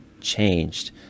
changed